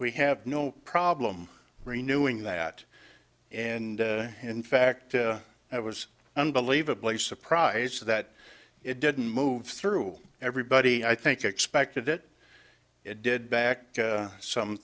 we have no problem renewing that and in fact i was unbelievably surprised that it didn't move through everybody i think expected it it did back some